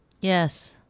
Yes